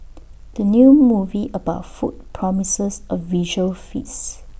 the new movie about food promises A visual feasts